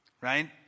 Right